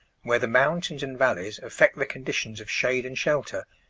where the mountains and valleys affect the conditions of shade and shelter,